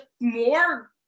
more